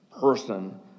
person